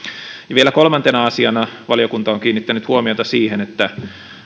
vielä kolmantena asiana valiokunta on kiinnittänyt huomiota siihen että